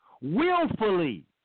willfully